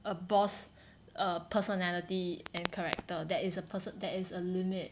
a boss a personality and character there is a person there is a limit